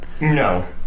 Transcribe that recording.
No